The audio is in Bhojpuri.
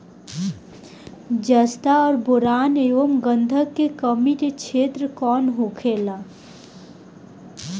जस्ता और बोरान एंव गंधक के कमी के क्षेत्र कौन होखेला?